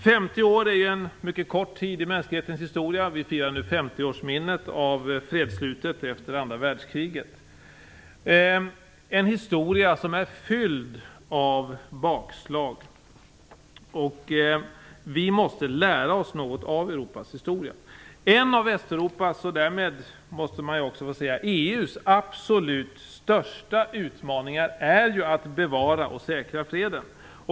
50 år är en mycket kort tid i mänsklighetens historia - vi firar nu 50-årsminnet av fredsslutet efter andra världskriget - en historia som är fylld av bakslag. Vi måste lära oss något av Europas historia. En av Västeuropas och därmed, måste man också få säga, EU:s absolut största utmaningar är ju att bevara och säkra freden.